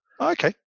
Okay